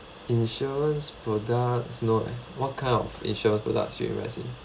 insurance product no what kind of insurance products you advise me